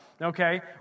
okay